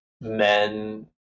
men